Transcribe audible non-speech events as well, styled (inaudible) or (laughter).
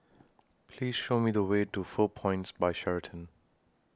(noise) Please Show Me The Way to four Points By Sheraton